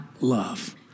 love